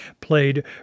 played